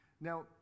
Now